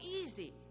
easy